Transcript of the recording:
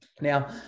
Now